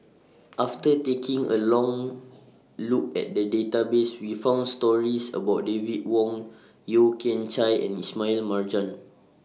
after taking A Long Look At The Database We found stories about David Wong Yeo Kian Chye and Ismail Marjan